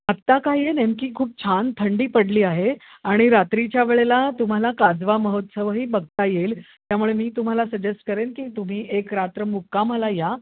आत्ता काय आहे नेमकी खूप छान थंडी पडली आहे आणि रात्रीच्या वेळेला तुम्हाला काजवा महोत्सवही बघता येईल त्यामुळे मी तुम्हाला सजेस्ट करेन की तुम्ही एक रात्र मुक्कामाला या